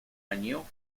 año